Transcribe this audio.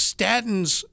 Statins